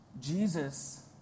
Jesus